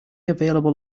available